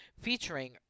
featuring